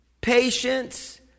patience